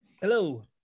Hello